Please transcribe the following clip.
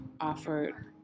offered